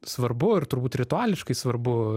svarbu ir turbūt rituališkai svarbu